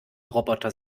roboter